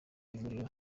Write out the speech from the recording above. ivuriro